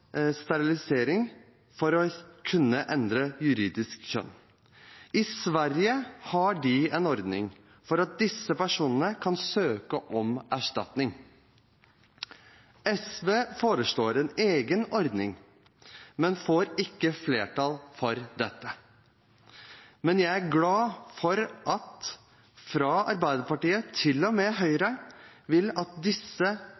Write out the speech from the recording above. for å kunne endre juridisk kjønn. I Sverige har de en ordning for at disse personene kan søke om erstatning. SV foreslår en egen ordning, men får ikke flertall for dette. Men jeg er glad for at man fra Arbeiderpartiet til Høyre vil at disse